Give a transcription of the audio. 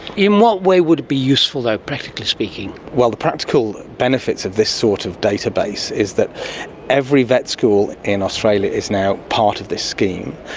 in what way would it be useful though, practically speaking? well, the practical benefits of this sort of database is that every vet school in australia is now part of this scheme.